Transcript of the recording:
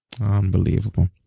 Unbelievable